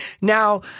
Now